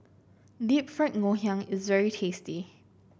Deep Fried Ngoh Hiang is very tasty